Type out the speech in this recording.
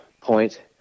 point